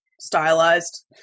stylized